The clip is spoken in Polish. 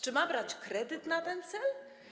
Czy ma brać kredyt na ten cel?